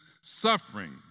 suffering